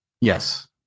Yes